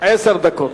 עשר דקות.